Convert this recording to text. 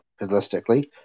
realistically